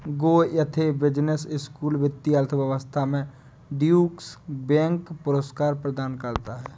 Goethe Business School वित्तीय अर्थशास्त्र में ड्यूश बैंक पुरस्कार प्रदान करता है